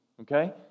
Okay